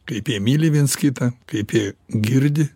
kaip jie myli viens kitą kaip jie girdi